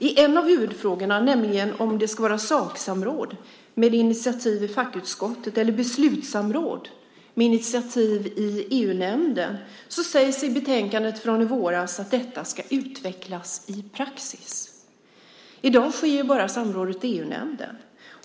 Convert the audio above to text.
I en av huvudfrågorna, nämligen om det ska vara saksamråd med initiativ i fackutskottet eller beslutssamråd med initiativ i EU-nämnden sägs i betänkandet från i våras att detta ska utvecklas i praxis. I dag sker samrådet bara i EU-nämnden.